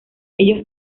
ellos